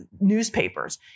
newspapers